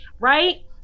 right